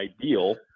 ideal